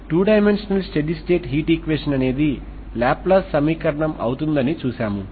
2 dimensional steady state heat equation అనేది Laplace సమీకరణం అవుతుందని చూశాము